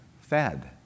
fed